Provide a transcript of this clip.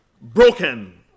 broken